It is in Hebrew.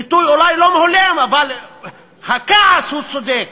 ביטוי אולי לא הולם, אבל הכעס הוא צודק,